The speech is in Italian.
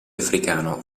africano